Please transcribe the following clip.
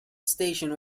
station